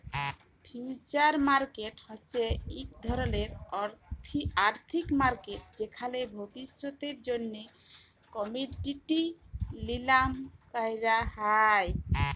future market হছে ইক ধরলের আথ্থিক মার্কেট যেখালে ভবিষ্যতের জ্যনহে কমডিটি লিলাম ক্যরা হ্যয়